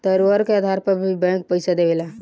धरोहर के आधार पर भी बैंक पइसा देवेला